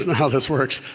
how this works.